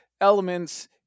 elements